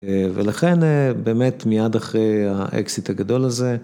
ולכן באמת מיד אחרי האקזיט הגדול הזה.